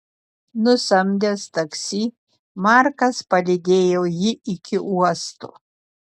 nusamdęs taksi markas palydėjo jį iki uosto